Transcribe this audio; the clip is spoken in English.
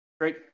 great